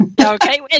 Okay